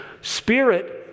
Spirit